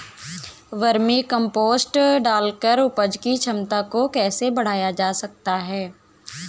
Vermi compost डालकर उपज की क्षमता को कैसे बढ़ाया जा सकता है?